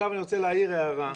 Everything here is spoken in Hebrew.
אני רוצה להעיר הערה.